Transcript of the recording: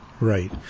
Right